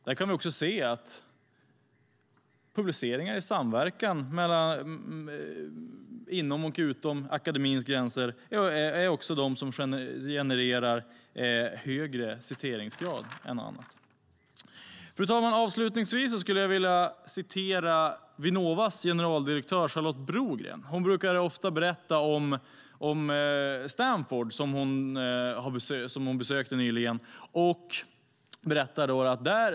Där kan vi se att publiceringar i samverkan inom och utanför akademins gränser också är de som genererar högre citeringsgrad än andra. Fru talman! Avslutningsvis skulle jag vilja återge vad Vinnovas generaldirektör Charlotte Brogren har sagt. Hon brukar ofta berätta om Stanford som hon besökte nyligen.